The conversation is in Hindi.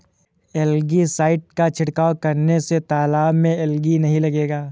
एलगी साइड का छिड़काव करने से तालाब में एलगी नहीं लगेगा